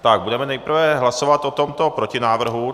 Tak budeme nejprve hlasovat o tomto protinávrhu.